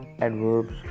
adverbs